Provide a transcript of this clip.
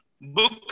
book